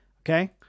Okay